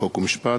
חוק ומשפט,